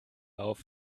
auf